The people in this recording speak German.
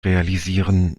realisieren